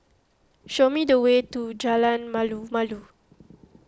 show me the way to Jalan Malu Malu